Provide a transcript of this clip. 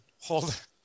hold